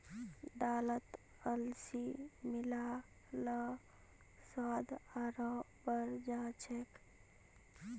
दालत अलसी मिला ल स्वाद आरोह बढ़ जा छेक